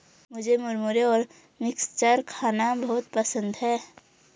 मुझे मुरमुरे और मिक्सचर खाना बहुत पसंद है